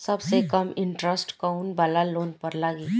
सबसे कम इन्टरेस्ट कोउन वाला लोन पर लागी?